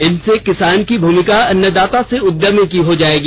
इनसे किसान की भूमिका अन्नदाता से उद्यमी की हो जाएगी